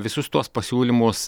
visus tuos pasiūlymus